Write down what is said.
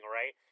right